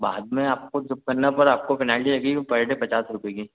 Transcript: बाद में आपको जब करना पड़ा आपको पैनाल्टी लगेगी पर डे पचास रुपए की